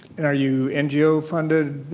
and are you and geo funded?